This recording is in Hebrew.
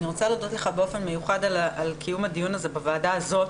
אני רוצה להודות לך באופן מיוחד על קיום הדיון הזה בוועדה הזו,